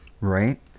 Right